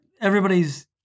everybody's